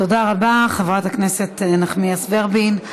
תודה רבה, חברת הכנסת נחמיאס ורבין.